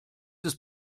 des